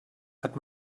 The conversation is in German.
hat